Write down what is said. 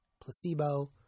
placebo